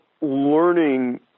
learning